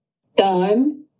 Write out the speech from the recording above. stunned